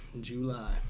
July